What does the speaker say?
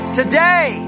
today